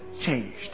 changed